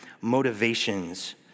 motivations